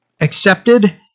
accepted